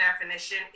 definition